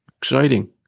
Exciting